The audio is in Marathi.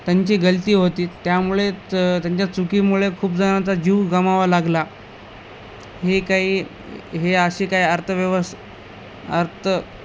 त्यांची गलती होती त्यामुळे त त्यांच्या चुकीमुळे खूप जणांचा जीव गमावावा लागला हे काही हे अशीे काही अर्थव्यवस् अर्त